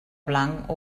blanc